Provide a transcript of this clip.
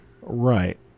Right